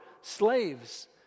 slaves